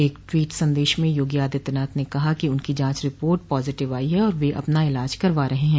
एक ट्वीट सदेश में योगी आदित्यनाथ ने कहा कि उनकी जांच रिपोर्ट पॉजिटिव आई है और वे अपना इलाज करवा रहे हैं